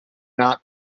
not